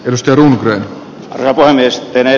jos joudumme rahoineen steve